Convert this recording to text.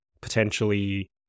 potentially